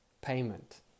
payment